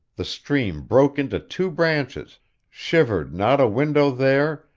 the stream broke into two branches shivered not a window there,